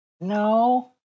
No